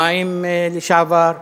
המים בעבר,